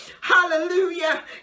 hallelujah